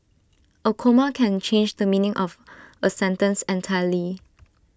A comma can change the meaning of A sentence entirely